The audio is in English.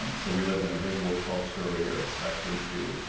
um so, we live in a visual culture where you're expected to,